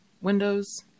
windows